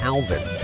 Alvin